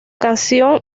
canción